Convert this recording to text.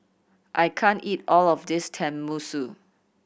I can't eat all of this Tenmusu